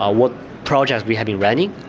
ah what projects we have been running,